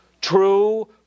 True